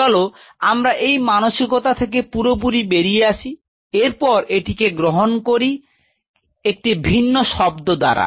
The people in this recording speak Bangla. চল আমরা এই মানসিকতা থেকে পুরোপুরি বেরিয়ে আসি এরপর এটিকে গ্রহণ করি একটি ভিন্ন শব্দ দ্বারা